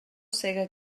sega